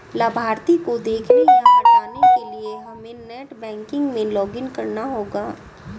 लाभार्थी को देखने या हटाने के लिए हमे नेट बैंकिंग में लॉगिन करना होगा